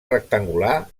rectangular